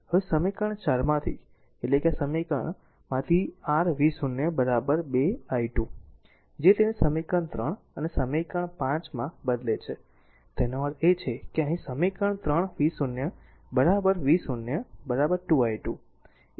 હવે સમીકરણ 4 માંથી એટલે કે આ સમીકરણમાંથી જે r v0 2 i2 છે જે તેને સમીકરણ 3 અને સમીકરણ 5 માં બદલે છે તેનો અર્થ એ કે અહીં સમીકરણ 3 v0 માં v0 2 i2